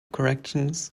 corrections